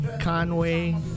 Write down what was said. Conway